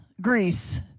Greece